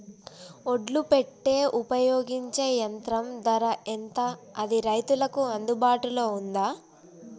ఒడ్లు పెట్టే ఉపయోగించే యంత్రం ధర ఎంత అది రైతులకు అందుబాటులో ఉందా?